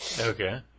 Okay